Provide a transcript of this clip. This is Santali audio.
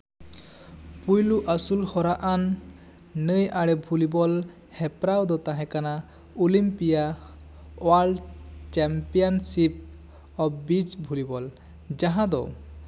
ᱯᱳᱭᱞᱳ ᱟᱹᱥᱩᱞ ᱦᱚᱨᱟ ᱟᱱ ᱱᱟᱹᱭ ᱟᱲᱮ ᱵᱷᱚᱞᱤᱵᱚᱞ ᱦᱮᱯᱨᱟᱣ ᱫᱚ ᱛᱟᱦᱮᱸ ᱠᱟᱱᱟ Olympia world championship of beach volleyball ᱡᱟᱦᱟᱸ ᱫᱚ